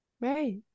Right